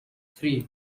three